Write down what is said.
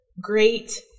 great